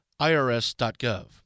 irs.gov